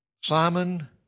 Simon